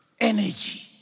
energy